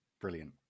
brilliant